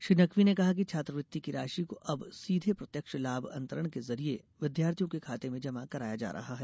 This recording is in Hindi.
श्री नकवी ने कहा कि छात्रवृत्ति की राशि को अब सीधे प्रत्यक्ष लाभ अंतरण के ज़रिये विद्यार्थियों के खाते में जमा कराया जा रहा है